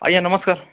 ଆଜ୍ଞା ନମସ୍କାର